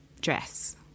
dress